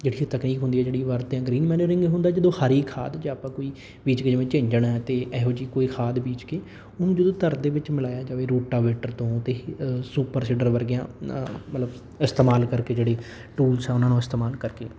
ਜਿਹੜੀ ਉਹ ਤਕਨੀਕ ਹੁੰਦੀ ਹੈ ਜਿਹੜੀ ਉਹ ਵਰਤਿਆ ਗ੍ਰੀਨ ਮੈਨਊਰਿੰਗ ਹੁੰਦਾ ਜਦੋਂ ਹਰੀ ਖਾਦ ਜਾਂ ਆਪਾਂ ਕੋਈ ਬੀਜ਼ ਕੇ ਜਿਵੇਂ ਝਿੰਜਣ ਅਤੇ ਇਹੋ ਜਿਹੀ ਕੋਈ ਖਾਦ ਬੀਜ਼ ਕੇ ਉਹਨੂੰ ਜਦੋਂ ਧਰ ਦੇ ਵਿੱਚ ਮਿਲਾਇਆ ਜਾਵੇ ਰੂਟਾਵੀਟਰ ਤੋਂ ਅਤੇ ਇਹ ਸੁਪਰ ਸੀਡਰ ਵਰਗੀਆਂ ਮਤਲਬ ਇਸਤਮਾਲ ਕਰਕੇ ਜਿਹੜੀ ਟੂਲਸ ਆ ਉਹਨਾਂ ਨੂੰ ਇਸਤਮਾਲ ਕਰਕੇ